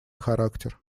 характер